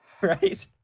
right